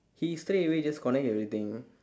he straightaway just connect everything